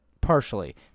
partially